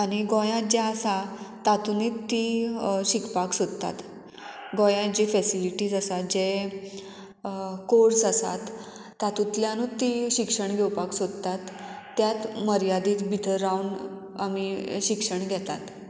आनी गोंयांत जें आसा तातुनूच तीं शिकपाक सोदतात गोंयांत जी फेसिलिटीज आसात जे कोर्स आसात तातूंतल्यानूच तीं शिक्षण घेवपाक सोदतात त्याच मर्यादीत भितर रावन आमी शिक्षण घेतात